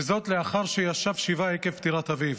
וזאת לאחר שישב שבעה עקב פטירת אביו.